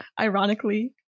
ironically